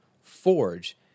forge